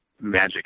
magic